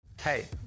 Hey